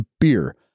beer